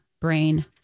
brain